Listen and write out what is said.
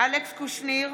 אלכס קושניר,